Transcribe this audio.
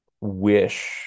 wish